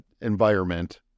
environment